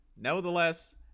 Nevertheless